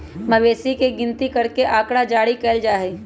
मवेशियन के भी गिनती करके आँकड़ा जारी कइल जा हई